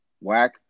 whack